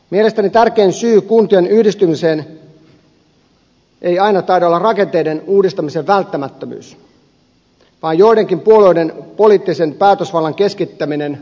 mielestäni tärkein syy kuntien yhdistymiseen ei aina taida olla rakenteiden uudistamisen välttämättömyys vaan joidenkin puolueiden poliittisen päätösvallan keskittäminen harvojen käsiin